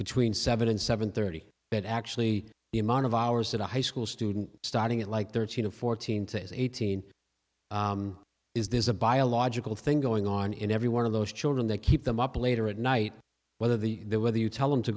between seven and seven thirty but actually the amount of hours at a high school student starting at like thirteen or fourteen to eighteen is there's a biological thing going on in every one of those children that keep them up later at night whether the their whether you tell them to